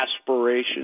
aspirations